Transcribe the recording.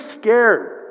scared